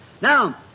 Now